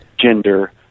gender